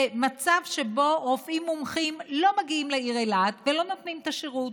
ומצב שבו רופאים מומחים לא מגיעים לעיר אילת ולא נותנים את השירות.